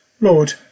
Lord